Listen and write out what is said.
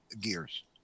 gears